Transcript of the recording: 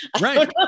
Right